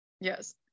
Yes